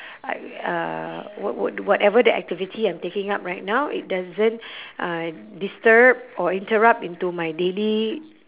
I uh what what whatever the activity I'm taking up right now it doesn't uh disturb or interrupt into my daily